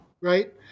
right